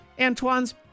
Antoine's